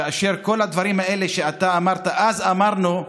כאשר כל הדברים האלה שאתה אמרת, אז אמרנו.